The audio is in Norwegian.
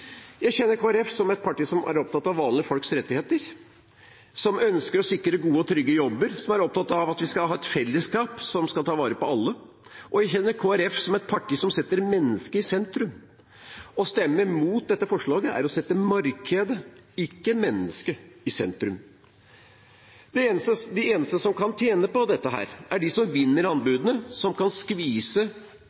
Jeg kjenner Kristelig Folkeparti som et parti som er opptatt av vanlige folks rettigheter, som ønsker å sikre gode og trygge jobber, og som er opptatt av at vi skal ha et fellesskap som skal ta vare på alle. Og jeg kjenner Kristelig Folkeparti som et parti som setter mennesket i sentrum. Å stemme mot dette forslaget er å sette markedet – ikke mennesket – i sentrum. De eneste som kan tjene på dette, er de som vinner anbudene, som kan skvise